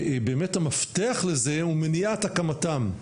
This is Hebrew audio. ושהמפתח לזה הוא באמת מניעת הקמתם.